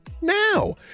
Now